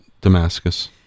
Damascus